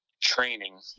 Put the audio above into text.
training